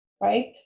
right